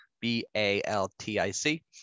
B-A-L-T-I-C